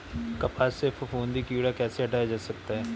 कपास से फफूंदी कीड़ा कैसे हटाया जा सकता है?